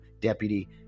deputy